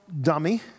dummy